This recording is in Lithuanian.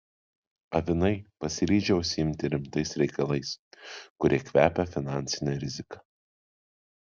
avinai pasiryžę užsiimti rimtais reikalais kurie kvepia finansine rizika